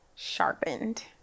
sharpened